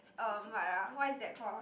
(uh)what ah what is that called